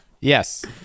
Yes